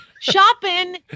shopping